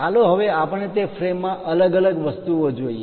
ચાલો હવે આપણે તે ફ્રેમમાં અલગ અલગ વસ્તુ જોઈએ